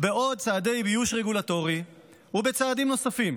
צעדי ביוש רגולטורי וצעדים נוספים